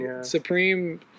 supreme